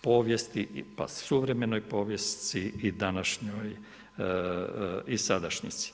povijesti, suvremenoj povijesti i sadašnjici.